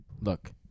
Look